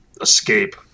Escape